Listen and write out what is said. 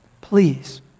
Please